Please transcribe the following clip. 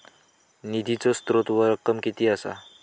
निधीचो स्त्रोत व रक्कम कीती असा?